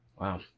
wow